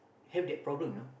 have that problem you know